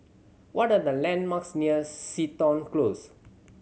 what are the landmarks near Seton Close